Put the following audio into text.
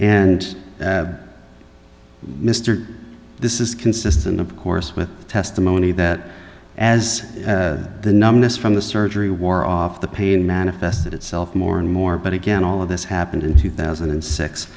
is consistent of course with testimony that as the numbness from the surgery wore off the pain manifested itself more and more but again all of this happened in two thousand and six